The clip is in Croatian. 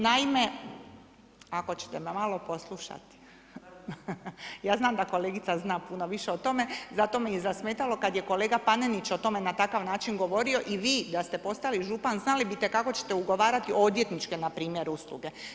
Naime, ako ćete me malo poslušali, ja znam da kolegica zna puno više o tome zato me i zasmetalo kada je kolega Panenić o tome na takav način govorio i vi da ste postali župan znali bi kako ćete ugovarati odvjetničke npr. usluge.